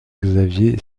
xavier